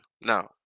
Now